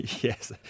Yes